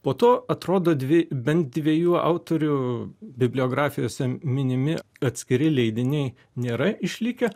po to atrodo dvi bent dviejų autorių bibliografijose minimi atskiri leidiniai nėra išlikę